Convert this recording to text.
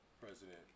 president